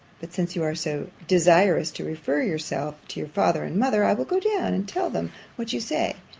but since you are so desirous to refer yourself to your father and mother, i will go down, and tell them what you say.